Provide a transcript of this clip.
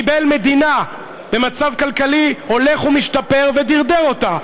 קיבל מדינה במצב כלכלי הולך ומשתפר ודרדר אותה,